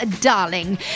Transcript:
Darling